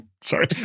Sorry